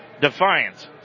defiance